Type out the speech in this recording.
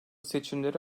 seçimleri